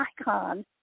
icon